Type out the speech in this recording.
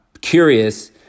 curious